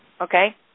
okay